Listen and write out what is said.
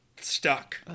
stuck